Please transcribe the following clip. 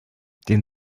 den